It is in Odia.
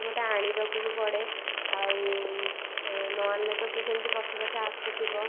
ତାକୁ ମୋତେ ଆଣିବାକୁ ବି ପଡ଼େ ଆଉ ନ ଆଣିଲେ ତ ସେ ସେମିତି ପଛେ ପଛେ ଆସୁଥିବ